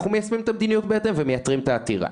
אנחנו מיישמים את המדיניות בהתאם ומייתרים את העתירה.